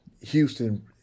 Houston